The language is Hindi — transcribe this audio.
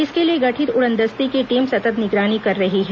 इसके लिए गठित उड़नदस्ते की टीम सतत् निगरानी कर रही है